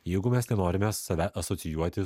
jeigu mes nenorime save asocijuoti